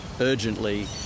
urgently